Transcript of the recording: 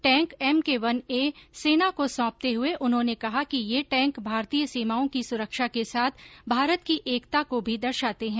tank MK one A सेना को सौंपते हुये उन्होने कहा कि ये टैंक भारतीय सीमाओं की सुरक्षा के साथ भारत की एकता को भी दर्शाते हैं